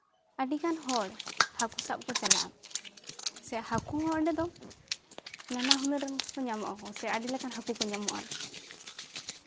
ᱟᱹᱰᱤᱜᱟᱱ ᱦᱚᱲ ᱦᱟᱹᱠᱩ ᱥᱟᱵ ᱠᱚ ᱪᱟᱞᱟᱜᱼᱟ ᱥᱮ ᱦᱟᱹᱠᱩ ᱦᱚᱸ ᱚᱸᱰᱮ ᱫᱚ ᱱᱟᱱᱟ ᱦᱩᱱᱟᱹᱨ ᱨᱮᱱ ᱠᱚ ᱧᱟᱢᱚᱜ ᱟᱥᱮ ᱟᱹᱰᱤ ᱞᱮᱠᱟᱱ ᱦᱟᱹᱠᱩ ᱠᱚ ᱧᱟᱢᱚᱜᱼᱟ